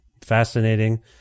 fascinating